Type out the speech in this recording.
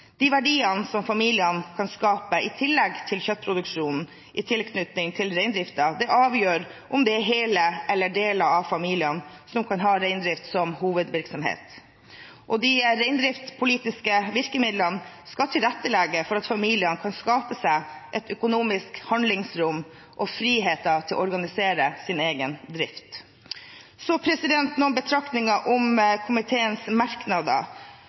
De verdiene som familien kan skape i tillegg til kjøttproduksjonen i tilknytning til reindriften, avgjør om det er hele eller deler av familien som kan ha reindrift som hovedvirksomhet. De reindriftspolitiske virkemidlene skal tilrettelegge for at familiene kan skape seg et økonomisk handlingsrom og frihet til å organisere sin egen drift. Så noen betraktninger om komiteens merknader.